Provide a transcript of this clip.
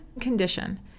condition